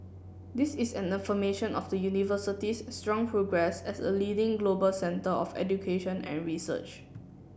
this is an affirmation of the University's strong progress as a leading global centre of education and research